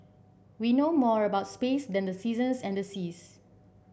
we know more about space than the seasons and the seas